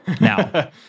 Now